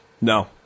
no